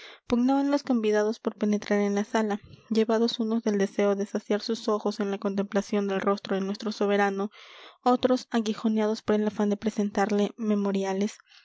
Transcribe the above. los convidados por penetrar en la sala llevados unos del deseo de saciar sus ojos en la contemplación del rostro de nuestro soberano otros aguijoneados por el afán de presentarle memoriales